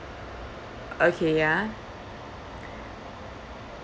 okay ha